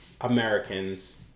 Americans